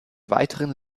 weiteren